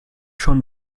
schon